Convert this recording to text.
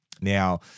Now